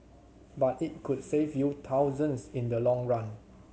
but it could save you thousands in the long run